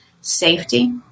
safety